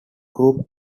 group